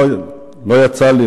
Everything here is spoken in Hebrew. לא יצא לי,